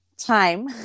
time